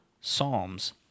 Psalms